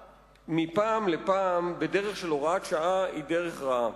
מפעם לפעם בדרך של הוראת שעה היא דרך רעה.